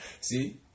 See